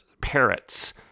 parrots